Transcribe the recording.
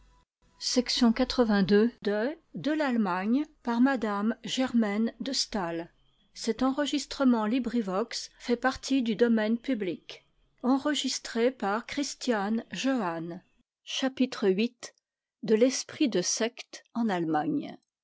chapitre viii de m rt de secte e allemagne